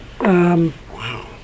Wow